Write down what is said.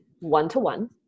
one-to-one